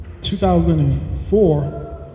2004